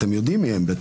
אתם בטח יודעים מי הם.